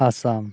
Assam